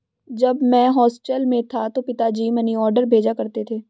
जब मैं हॉस्टल में था तो पिताजी मनीऑर्डर भेजा करते थे